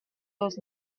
dos